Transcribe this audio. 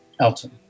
Elton